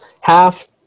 half